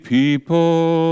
people